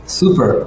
super